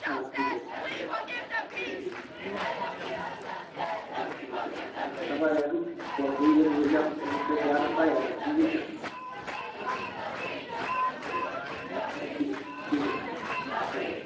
অঁ ঠিক আছে ঠিক লৈ যাম বেয়া নাপায় আৰু বুইছা অঁ অঁ ঠিক আছে ঠিক আছে অঁ ঠিক আছে